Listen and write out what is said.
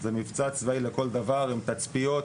זה מבצע צבאי לכל דבר עם תצפיות,